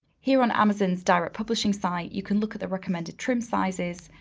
here on amazon's direct publishing site, you can look at the recommended trim sizes,